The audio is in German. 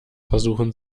versuchen